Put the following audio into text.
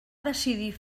decidir